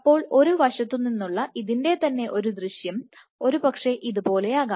അപ്പോൾ ഒരു വശത്തു നിന്നുള്ള ഇതിൻറെ തന്നെ ദൃശ്യം ഒരുപക്ഷേ ഇതുപോലെയാകാം